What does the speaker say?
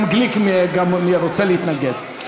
גם גליק רוצה להתנגד,